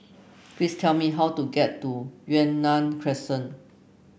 please tell me how to get to Yunnan Crescent